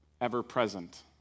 ever-present